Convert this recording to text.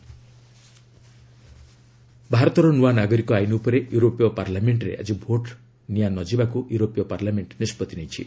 U CAA ଭାରତର ନୂଆ ନାଗରିକ ଆଇନ୍ ଉପରେ ୟୁରୋପୀୟ ପାର୍ଲାମେଣ୍ଟରେ ଆକି ଭୋଟ୍ ନିଆ ନଯିବାକୁ ୟୁରୋପୀୟ ପାର୍ଲାମେଙ୍କ ନିଷ୍କଭି ନେଇଛି